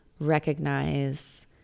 recognize